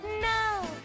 No